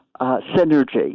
synergy